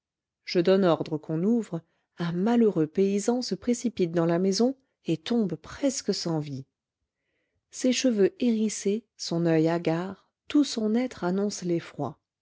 je donne ordre qu'on ouvre un malheureux paysan se précipite dans la maison et tombe presque sans vie ses cheveux hérissés son oeil hagard tout son être annonce